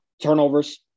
turnovers